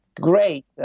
great